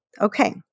Okay